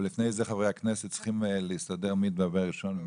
אבל לפני כן חברי הכנסת צריכים להסתדר מי מדבר ראשון.